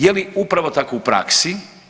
Je li upravo tako u praksi?